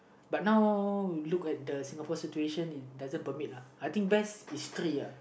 but now look at the Singapore situation it doesn't permit lah I think best is three uh